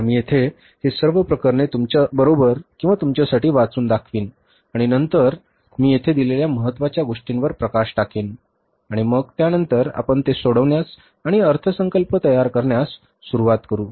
तर मी येथे हे सर्व प्रकरणे तुमच्याबरोबर किंवा तुमच्यासाठी वाचून दाखवीन नंतर मी येथे दिलेल्या महत्त्वाच्या गोष्टींवर प्रकाश टाकेन आणि मग त्यानंतर आपण ते सोडवण्यास आणि अर्थसंकल्प तयार करण्यास सुरवात करू